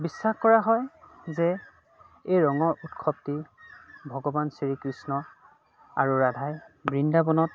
বিশ্বাস কৰা হয় যে এই ৰঙৰ উৎসৱটি ভগৱান শ্ৰীকৃষ্ণ আৰু ৰাধাই বৃন্দাবনত